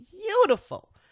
beautiful